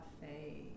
cafe